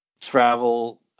travel